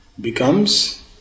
becomes